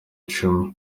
icumi